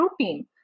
routine